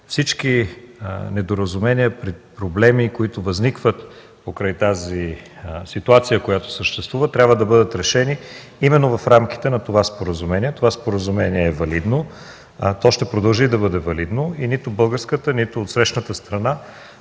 Всички недоразумения и проблеми, които възникват покрай тази ситуация, която съществува, трябва да бъдат решени именно в рамките на това споразумение. То е валидно и ще продължи да бъде валидно и нито българската, нито отсрещната страна